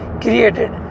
created